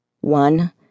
One